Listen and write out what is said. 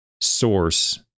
source